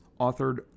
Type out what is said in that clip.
authored